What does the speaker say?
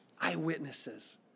eyewitnesses